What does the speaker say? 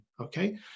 Okay